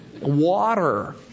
water